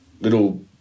little